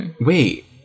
Wait